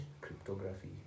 cryptography